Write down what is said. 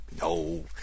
no